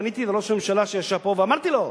פניתי לראש הממשלה שישב פה ושאלתי אותו: